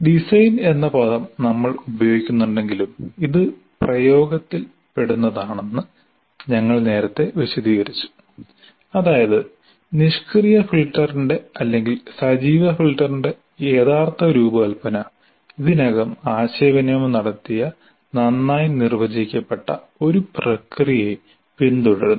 design എന്ന പദം നമ്മൾ ഉപയോഗിക്കുന്നുണ്ടെങ്കിലും ഇത് പ്രയോഗത്തിൽ പെടുന്നതാണെന്ന് ഞങ്ങൾ നേരത്തെ വിശദീകരിച്ചു അതായത് നിഷ്ക്രിയ ഫിൽട്ടറിന്റെ അല്ലെങ്കിൽ സജീവ ഫിൽട്ടറിന്റെ യഥാർത്ഥ രൂപകൽപ്പന ഇതിനകം ആശയവിനിമയം നടത്തിയ നന്നായി നിർവചിക്കപ്പെട്ട ഒരു പ്രക്രിയയെ പിന്തുടരുന്നു